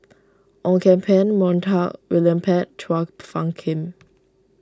Ong Kian Peng Montague William Pett Chua Phung Kim